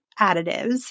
additives